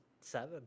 Seven